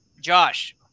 Josh